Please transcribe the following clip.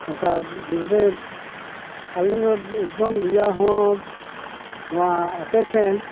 ᱟᱪᱪᱷᱟ ᱱᱚᱸᱰᱮ ᱟᱞᱮ ᱮᱠᱫᱚᱢ ᱨᱮᱭᱟᱜ ᱦᱚᱸ ᱱᱚᱣᱟ ᱟᱯᱮ ᱴᱷᱮᱱ